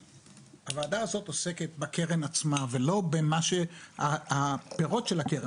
הוועדה הזו עוסקת בקרן עצמה ולא במה שהפירות של הקרן,